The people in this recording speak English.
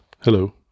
Hello